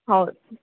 ಹೌದು